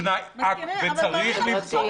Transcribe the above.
פנאי, וצריך למצוא